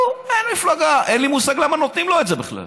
אין לי מושג למה נותנים לו את זה בכלל.